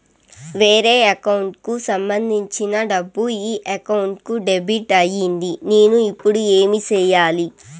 వేరే అకౌంట్ కు సంబంధించిన డబ్బు ఈ అకౌంట్ కు డెబిట్ అయింది నేను ఇప్పుడు ఏమి సేయాలి